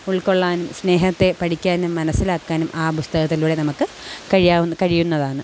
ഉൾകൊള്ളാൻ സ്നേഹത്തെ പഠിക്കാനും മനസ്സിലാക്കാനും ആ പുസ്തകത്തിലൂടെ നമുക്ക് കഴിയാവുന്ന കഴിയുന്നതാണ്